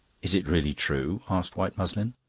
is it really true? asked white muslin.